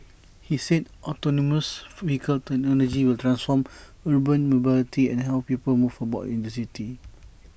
he said autonomous vehicle technology will transform urban mobility and how people move about in the city